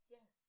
Yes